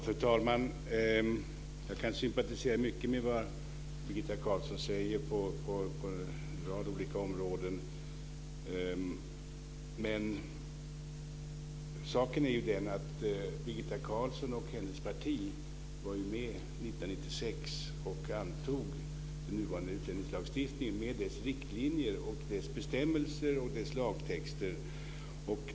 Fru talman! Jag kan sympatisera med mycket av det som Birgitta Carlsson säger på en rad olika områden. Men saken är ju den att Birgitta Carlsson och hennes parti var med 1996 och antog den nuvarande utlänningslagstiftningen med dess riktlinjer, bestämmelser och lagtexter.